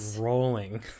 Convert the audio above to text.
rolling